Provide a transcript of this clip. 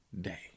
day